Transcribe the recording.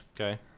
Okay